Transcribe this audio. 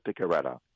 Picaretta